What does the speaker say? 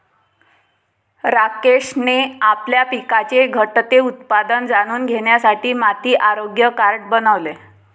राकेशने आपल्या पिकाचे घटते उत्पादन जाणून घेण्यासाठी माती आरोग्य कार्ड बनवले